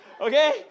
Okay